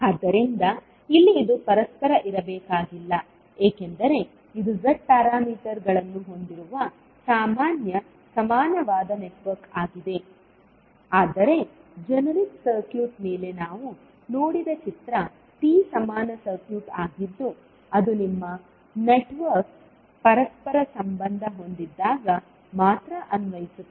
ಆದ್ದರಿಂದ ಇಲ್ಲಿ ಇದು ಪರಸ್ಪರ ಇರಬೇಕಾಗಿಲ್ಲ ಏಕೆಂದರೆ ಇದು z ಪ್ಯಾರಾಮೀಟರ್ಗಳನ್ನು ಹೊಂದಿರುವ ಸಾಮಾನ್ಯ ಸಮಾನವಾದ ನೆಟ್ವರ್ಕ್ ಆಗಿದೆ ಆದರೆ ಜೆನೆರಿಕ್ ಸರ್ಕ್ಯೂಟ್ ಮೇಲೆ ನಾವು ನೋಡಿದ ಚಿತ್ರ T ಸಮಾನ ಸರ್ಕ್ಯೂಟ್ ಆಗಿದ್ದು ಅದು ನಿಮ್ಮ ನೆಟ್ವರ್ಕ್ ಪರಸ್ಪರ ಸಂಬಂಧ ಹೊಂದಿದ್ದಾಗ ಮಾತ್ರ ಅನ್ವಯಿಸುತ್ತದೆ